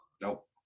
Nope